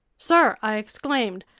sir, i exclaimed,